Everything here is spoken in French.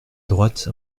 droite